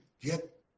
get